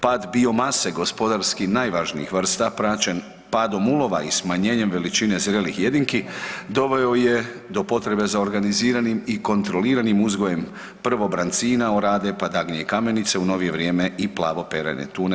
Pad biomase gospodarski najvažnijih vrsta praćen padom ulova i smanjenjem veličine zrelih jedinki doveo je do potrebe za organiziranim i kontroliranim uzgojem prvo brancina, orade, pa dagnje i kamenice u novije vrijeme i plavoperajne tune.